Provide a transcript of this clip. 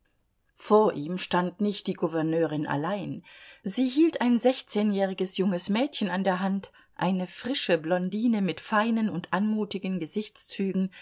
vor ihm stand nicht die gouverneurin allein sie hielt ein sechzehnjähriges junges mädchen an der hand eine frische blondine mit feinen und anmutigen gesichtszügen